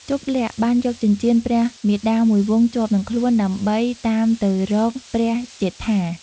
ជប្បលក្សណ៍បានយកចិញ្ចៀន ព្រះមាតាមួយវង់ជាប់នឹងខ្លួន ដើម្បីតាមទៅរកព្រះជេដ្ឋា។